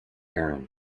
errand